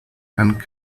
and